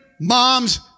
moms